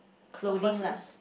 clothing lah